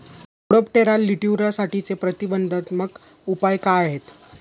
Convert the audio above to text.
Spodoptera लिट्युरासाठीचे प्रतिबंधात्मक उपाय काय आहेत?